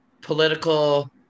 political